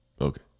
Okay